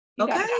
okay